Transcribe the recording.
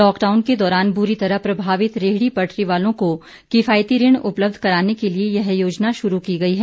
lockdown के दौरान ब्री तरह प्रभावित रेहड़ी पटरी वालों को किफायती ऋण उपलब्ध कराने के लिए यह योजना शुरू की गई है